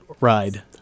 ride